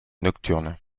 nocturne